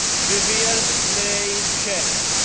vivien mae chen,